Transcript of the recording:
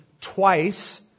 twice